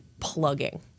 plugging